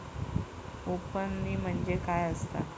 उफणणी म्हणजे काय असतां?